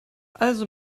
also